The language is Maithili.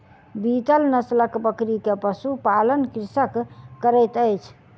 बीतल नस्लक बकरी के पशु पालन कृषक करैत अछि